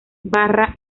barra